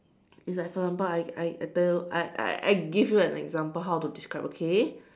it's like for example I I tell you I I I give you an example how to describe okay